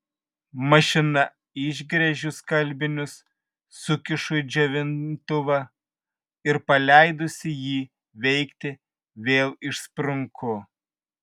mašina išgręžiu skalbinius sukišu į džiovintuvą ir paleidusi jį veikti vėl išsprunku